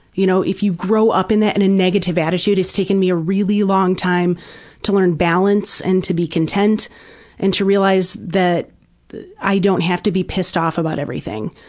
you know if you grow up in that and negative attitude. it has taken me a really long time to learn balance and to be content and to realize that i don't have to be pissed off about everything.